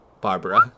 Barbara